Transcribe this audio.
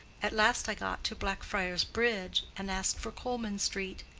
at last i got to blackfriars bridge and asked for colman street.